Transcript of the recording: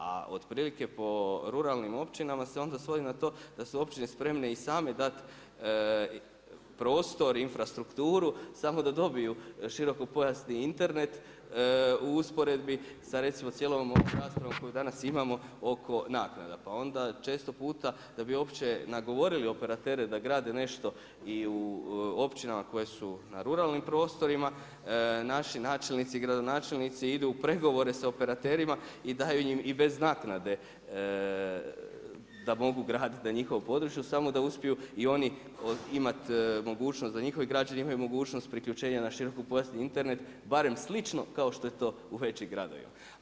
A otprilike po ruralnim općinama se onda svodi na to da su općine spreme i same dati prostor i infrastrukturu, samo da dobiju širokopojasni Internet u usporedbi sa recimo cijelom ovom raspravom koju danas imamo oko naknada, pa onda često puta, da bi uopće govorili operatere da grade nešto i u općinama koje su na ruralnim prostorima, naši načelnici i gradonačelnici idu u pregovore sa operaterima i daju im i bez naknade da mogu graditi na njihovom području, samo da uspiju i oni imati mogućnosti, da njihovi građani imaju mogućnost priključenja na širokopojasni Internet, barem slično kao što je to u većim gradovima.